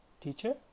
teacher